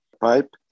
pipe